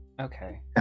Okay